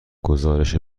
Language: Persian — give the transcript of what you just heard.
گزارش